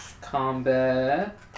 Combat